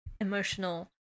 emotional